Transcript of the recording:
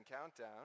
countdown